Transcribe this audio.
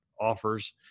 offers